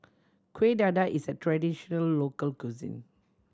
Kuih Dadar is a traditional local cuisine